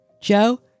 Joe